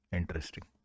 interesting